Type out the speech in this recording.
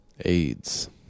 AIDS